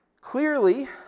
Clearly